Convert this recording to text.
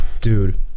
dude